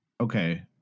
Okay